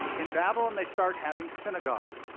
in babylon they start having synagogues.